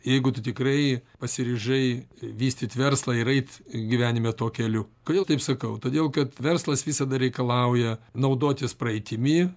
jeigu tu tikrai pasiryžai vystyt verslą ir eit gyvenime tuo keliu kodėl taip sakau todėl kad verslas visada reikalauja naudotis praeitimi